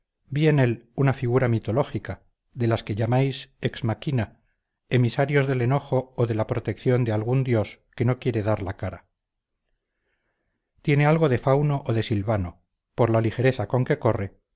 él una figura mitológica de las que llamáis ex machina emisarios del enojo o de la protección de algún dios que no quiere dar la cara tiene algo de fauno o de silvano por la ligereza con que corre